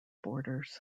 borders